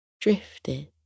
drifted